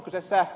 miksi